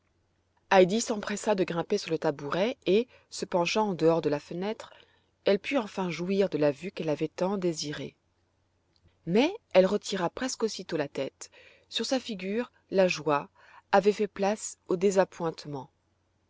s'empressa de grimper sur le tabouret et se penchant en dehors de la fenêtre elle put enfin jouir de la vue qu'elle avait tant désirée mais elle retira presque aussitôt la tête sur sa figure la joie avait fait place au